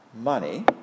money